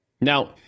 Now